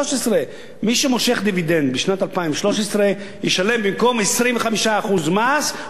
מי שמושך דיבידנד בשנת 2013 ישלם במקום 25% מס או במקום 30%,